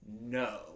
no